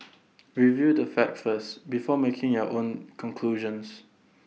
review the facts first before making your own conclusions